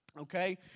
Okay